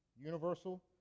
Universal